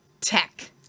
tech